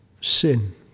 sin